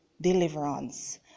deliverance